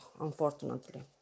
unfortunately